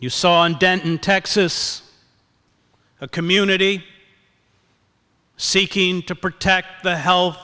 you saw in denton texas a community seeking to protect the he